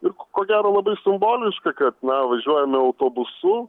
ir ko gero labai simboliška kad na važiuojame autobusu